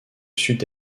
sud